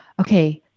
okay